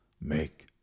make